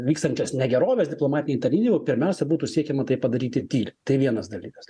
vykstančias negeroves diplomatinėj tarnyboj pirmiausia būtų siekiama tai padaryti tyliai tai vienas dalykas